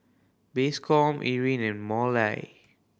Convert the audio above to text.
Bascom Irene and Mollie